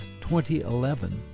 2011